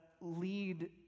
lead